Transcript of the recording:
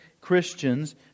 Christians